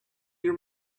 your